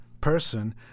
person